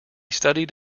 studied